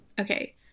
Okay